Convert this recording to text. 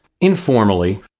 informally